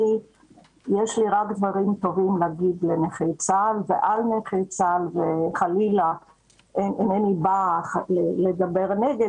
יש לי רק דברים טובים להגיד על נכי צה"ל וחלילה אינני באה לדבר נגד,